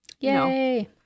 Yay